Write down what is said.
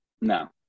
No